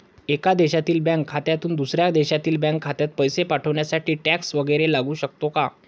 एका देशातील बँक खात्यातून दुसऱ्या देशातील बँक खात्यात पैसे पाठवण्यासाठी टॅक्स वैगरे लागू शकतो का?